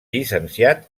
llicenciat